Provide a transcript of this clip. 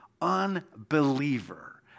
unbeliever